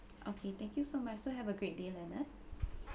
okay thank you so much so have a great day leonard